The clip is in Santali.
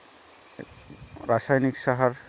ᱨᱟᱥᱟᱭᱱᱤᱠ ᱥᱟᱦᱟᱨ